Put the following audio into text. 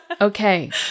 Okay